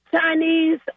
Chinese